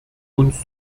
uns